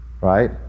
right